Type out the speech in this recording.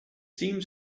themes